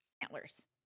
antlers